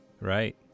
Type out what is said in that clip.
Right